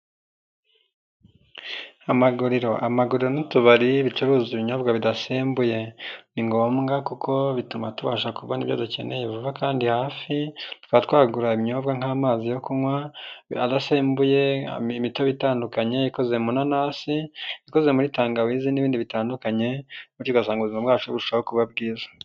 Amaguriro. Amaguru n'utubari y'ibicuruzwa ibinyobwa bidasembuye, ni ngombwa kuko bituma tubasha kubona ibyo dukeneye vuba kandi hafi ,tuba twagura ibinyobwa nk'amazi yo kunywa adasembuye, imitobe itandukanye ikozemoanasi, ikoze muri tangawizi,, n'ibindi bitandukanye bityo ugasanga ubuzima bwacu burushaho kuba bwiza.